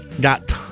got